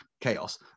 chaos